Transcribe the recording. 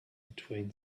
between